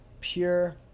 pure